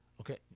Okay